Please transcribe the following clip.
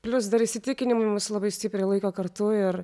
plius dar įsitikinimai mus labai stipriai laiko kartu ir